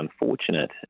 unfortunate